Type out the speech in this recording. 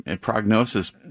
prognosis